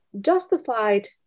justified